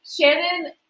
Shannon